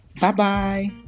Bye-bye